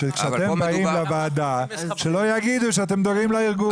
שכשאתם באים לוועדה שלא יגידו שאתם דואגים לארגון.